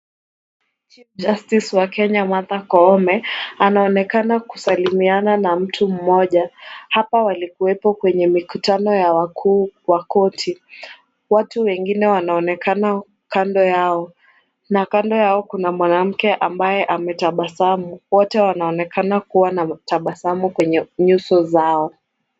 Chief Justice wa Kenya, Martha Koome anaonekana kusalimiana na mtu mmoja, hapa walikuwepo kwenye mikutano ya wakuu wa korti, watu wengine wanaonekana kando yao na kando yao kuna mwanamke ambaye ametabasamu, wote wanaonekana kuwa na tabasamu kwenye nyuso zao.